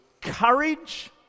courage